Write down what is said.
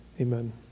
amen